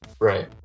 Right